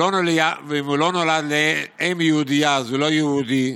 ואם הוא לא נולד לאם יהודייה אז הוא לא יהודי,